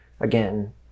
again